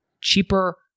cheaper